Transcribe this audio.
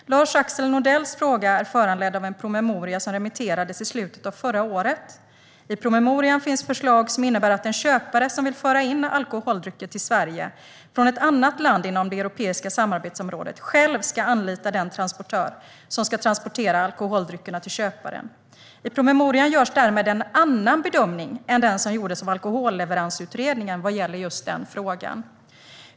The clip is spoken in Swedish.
Lars-Axel Nordells fråga är föranledd av en promemoria som remitterades i slutet av förra året. I promemorian finns förslag som innebär att en köpare som vill föra in alkoholdrycker till Sverige från ett annat land inom det europeiska samarbetsområdet själv ska anlita den transportör som ska transportera alkoholdryckerna till köparen. I promemorian görs därmed en annan bedömning än den som gjordes av Alkoholleveransutredningen vad gäller just den frågan.